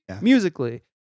Musically